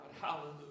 Hallelujah